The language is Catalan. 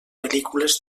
pel·lícules